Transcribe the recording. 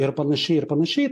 ir panašiai ir panašiai